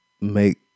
make